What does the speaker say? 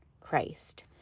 Christ